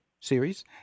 series